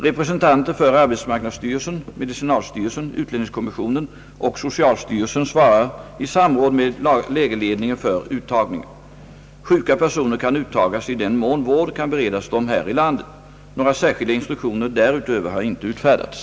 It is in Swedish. Representanter för arbetsmarknadsstyrelsen, medicinalstyrelsen, utlänningskommissionen och socialstyrelsen svarar i samråd med lägerledningen för uttagningen. Sjuka personer kan uttagas i den mån vård kan beredas dem här i landet. Några särskilda instruktioner därutöver har inte utfärdats.